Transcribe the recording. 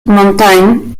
mountain